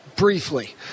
Briefly